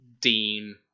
Dean